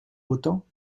autant